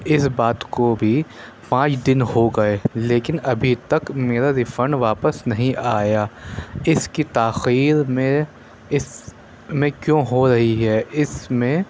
اس بات کو بھی پانچ دن ہو گئے لیکن ابھی تک میرا ریفنڈ واپس نہیں آیا اس کی تاخیر میں اس میں کیوں ہو رہی ہے اس میں